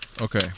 okay